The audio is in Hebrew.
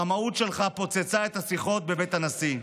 הרמאות שלך פוצצה את השיחות בבית הנשיא.